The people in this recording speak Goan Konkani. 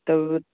तर